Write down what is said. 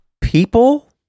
People